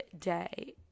day